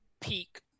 peak